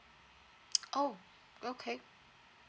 oh okay